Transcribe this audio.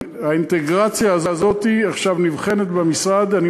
האינטגרציה הזאת נבחנת עכשיו במשרד.